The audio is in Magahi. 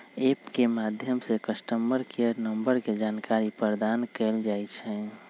ऐप के माध्यम से कस्टमर केयर नंबर के जानकारी प्रदान कएल जाइ छइ